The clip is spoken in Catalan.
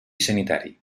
sanitari